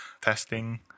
testing